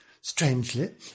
strangely